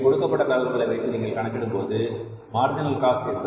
இங்கே கொடுக்கப்பட்ட தகவல்களை வைத்து நீங்கள் கணக்கிடும்போது மார்ஜினல் காஸ்ட்